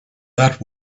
that